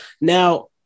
now